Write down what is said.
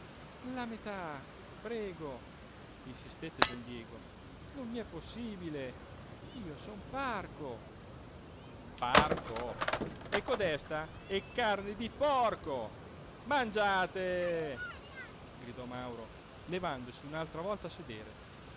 la metà prego insistette don diego non mi è possibile io sono parco parco e codesta è carne di porco mangiate gridò mauro levandosi un'altra volta da sedere